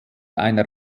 einer